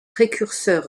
précurseur